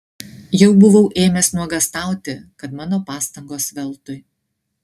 jau buvau ėmęs nuogąstauti kad mano pastangos veltui